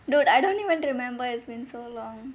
dude I don't even remember it's been so long